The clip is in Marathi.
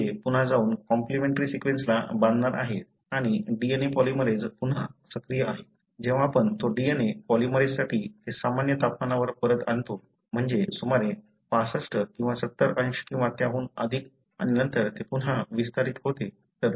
ते पुन्हा जाऊन कॉम्लिमेन्ट्री सीक्वेन्सला बांधणार आहेत आणि DNA पॉलिमरेझ पुन्हा सक्रिय आहे जेव्हा आपण तो DNA पॉलिमरेझसाठी ते सामान्य तापमानावर परत आणतो म्हणजे सुमारे 65 किंवा 70 अंश किंवा त्याहून अधिक आणि नंतर ते पुन्हा विस्तारीत होते